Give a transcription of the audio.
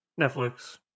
Netflix